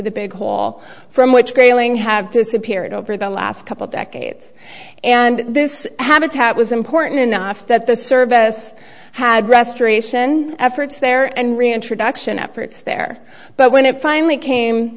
the big hall from which grayling have disappeared over the last couple decades and this habitat was important enough that the service had restoration efforts there and reintroduction efforts there but when it finally came